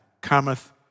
cometh